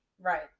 right